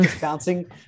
bouncing